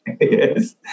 yes